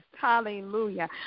Hallelujah